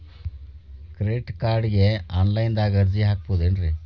Credit ಕಾರ್ಡ್ಗೆ online ದಾಗ ಅರ್ಜಿ ಹಾಕ್ಬಹುದೇನ್ರಿ?